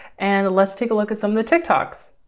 and let's take a look at some of the tiktoks.